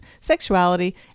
sexuality